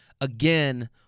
again